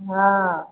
हॅं